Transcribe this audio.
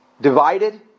divided